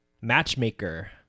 Matchmaker